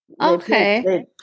Okay